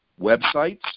websites